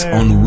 on